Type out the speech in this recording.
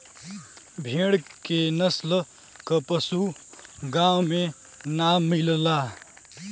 भेड़ के नस्ल क पशु गाँव में ना मिलला